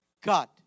God